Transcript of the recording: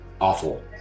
Awful